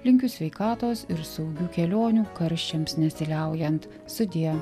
linkiu sveikatos ir saugių kelionių karščiams nesiliaujant sudie